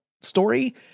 story